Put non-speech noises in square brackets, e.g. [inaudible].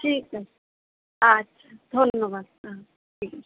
ঠিক আছে আচ্ছা ধন্যবাদ হ্যাঁ [unintelligible]